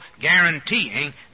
guaranteeing